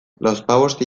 lauzpabost